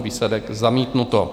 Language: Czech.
Výsledek: zamítnuto.